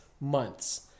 months